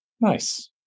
Nice